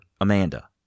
Amanda